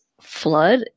flood